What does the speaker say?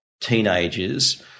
teenagers